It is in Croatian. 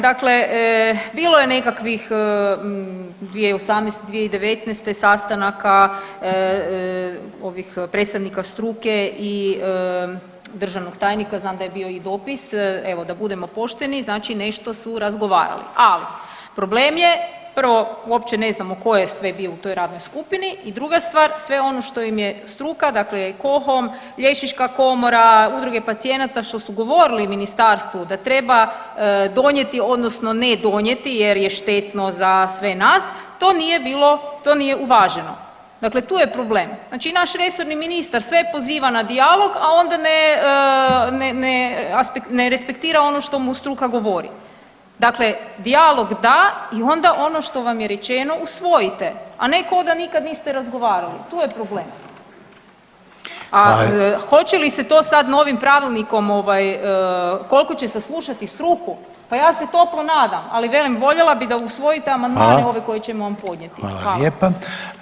Dakle, bilo je nekakvih 2018.-2019. sastanaka ovih predstavnika struke i državnog tajnika, znam da je bio i dopis, evo da budemo pošteni znači nešto su razgovarali, ali problem je prvo uopće ne znamo ko je sve bio u toj radnoj skupini i druga stvar sve ono što im je struka dakle KOHOM, liječnička komora, udruge pacijenata, što su govorili ministarstvu da treba donijeti odnosno ne donijeti jer je štetno za sve nas, to nije bilo, to nije uvaženo, dakle tu je problem, znači naš resorni ministar sve poziva na dijalog, a onda ne, ne, ne, ne respektira ono što mu struka govori, dakle dijalog da i onda ono što vam je rečeno usvojite, a ne koda nikad niste razgovarali, tu je problem, a hoće li se to sad novim pravilnikom ovaj kolko će se slušati struku, pa ja se toplo nadam, al velim voljela bi da usvojite amandmane ove koje ćemo vam podnijeti.